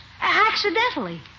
Accidentally